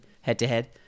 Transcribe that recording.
head-to-head